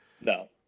No